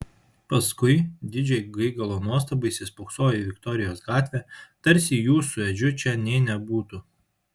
paskui didžiai gaigalo nuostabai įsispoksojo į viktorijos gatvę tarsi jų su edžiu čia nė nebūtų